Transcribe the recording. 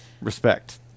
respect